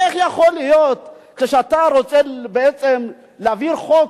איך יכול להיות שכשאתה רוצה בעצם להעביר חוק,